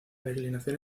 declinación